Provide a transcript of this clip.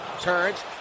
Turns